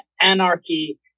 anarchy